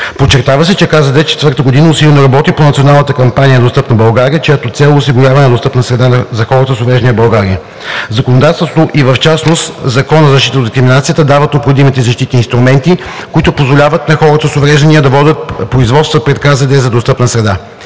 Подчерта се, че КЗД четвърта година усилено работи по Националната кампания „Достъпна България“, чиято цел е осигуряването на достъпна среда за хората с увреждания в България. Законодателството и в частност Законът за защита от дискриминация дават необходимите защити и инструменти, които позволяват на хората с увреждания да водят производства пред КЗД за достъпна среда.